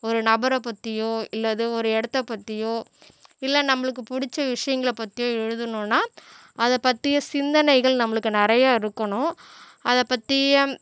ஒரு நபரை பற்றியோ இல்லை ஏதோ ஒரு இடத்த பற்றியோ இல்லை நம்மளுக்கு பிடிச்ச விஷயங்கள பற்றியோ எழுதணும்னால் அதை பற்றிய சிந்தனைகள் நம்மளுக்கு நிறையா இருக்கணும் அதை பற்றிய